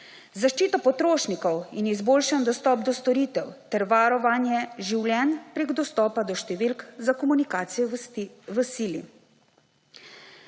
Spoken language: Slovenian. zaščita potrošnikov in izboljšan dostop do storitev ter varovanje življenj preko dostopa do številk za komunikacije v sili.